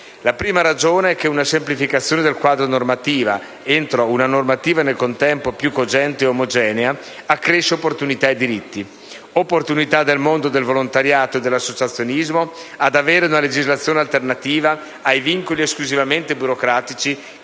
La prima ragione è che una semplificazione del quadro normativo, entro una normativa nel contempo più cogente e omogenea, accresce opportunità e diritti; opportunità del mondo del volontariato e dell'associazionismo ad avere una legislazione alternativa ai vincoli esclusivamente burocratici